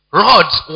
rods